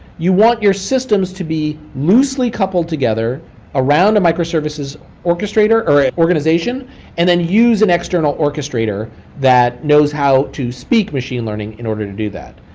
you want your systems to be loosely coupled together around a microservices orchestrator or organization and then use an external orchestrator that knows how to speak machine learning in order to do that.